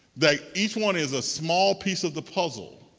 that each one is a small piece of the puzzle.